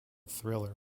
thriller